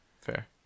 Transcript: Fair